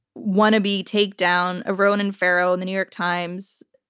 wannabe takedown of ronan farrow and the new york times,